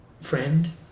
friend